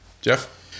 Jeff